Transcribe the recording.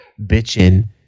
bitching